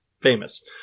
famous